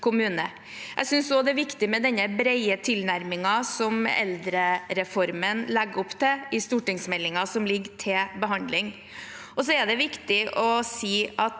Jeg synes også det er viktig med denne brede tilnærmingen som eldrereformen legger opp til, i stortingsmeldingen som ligger til behandling. Så er det viktig å si at